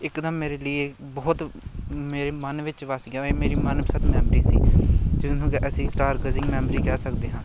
ਇੱਕਦਮ ਮੇਰੇ ਲਈ ਇਹ ਬਹੁਤ ਮੇਰੇ ਮਨ ਵਿੱਚ ਵੱਸ ਗਿਆ ਇਹ ਮੇਰੀ ਮਨ ਪਸੰਦ ਮੈਮਰੀ ਸੀ ਜਿਸ ਨੂੰ ਕਿ ਅਸੀਂ ਸਟਾਰ ਗਜਿੰਗ ਮੈਂਮਰੀ ਕਹਿ ਸਕਦੇ ਹਾਂ